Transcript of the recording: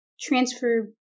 transfer